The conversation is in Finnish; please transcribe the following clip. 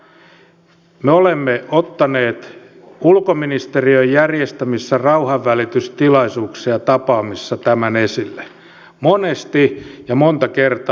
kyllä me olemme ottaneet ulkoministeriön järjestämissä rauhanvälitystilaisuuksissa ja tapaamisissa tämän esille monesti ja monta kertaa